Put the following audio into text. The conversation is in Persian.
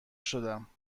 شدم